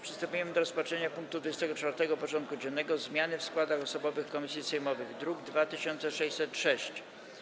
Przystępujemy do rozpatrzenia punktu 24. porządku dziennego: Zmiany w składach osobowych komisji sejmowych (druk nr 2606)